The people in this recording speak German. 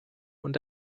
und